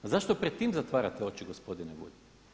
Pa zašto pred tim zatvarate oči gospodine Bulj?